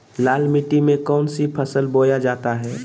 लाल मिट्टी में कौन सी फसल बोया जाता हैं?